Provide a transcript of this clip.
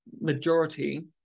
majority